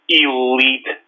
elite